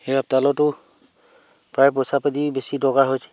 সেই আপডালতো প্ৰায় পইচা পাতি বেছি দৰকাৰ হৈছেই